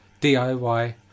DIY